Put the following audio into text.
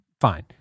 fine